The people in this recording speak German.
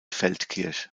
feldkirch